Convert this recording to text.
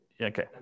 okay